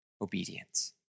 obedience